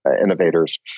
innovators